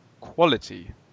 quality